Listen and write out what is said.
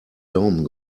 daumen